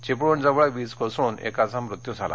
चिपळूणजवळ वीज कोसळून एकाचा मृत्यू झाला